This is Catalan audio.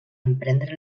emprendre